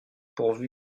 pourvu